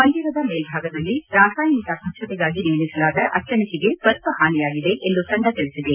ಮಂದಿರದ ಮೇಲ್ದಾಗದಲ್ಲಿ ರಾಸಾಯನಿಕ ಸ್ವಚ್ಛತೆಗಾಗಿ ನಿರ್ಮಿಸಲಾದ ಅಟ್ಲಣಿಕೆಗೆ ಸ್ವಲ್ಪ ಹಾನಿಯಾಗಿದೆ ಎಂದು ತಂಡ ತಿಳಿಸಿದೆ